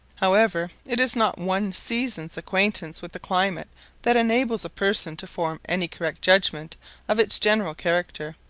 however, it is not one season's acquaintance with the climate that enables a person to form any correct judgment of its general character,